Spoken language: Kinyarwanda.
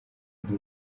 nti